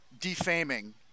defaming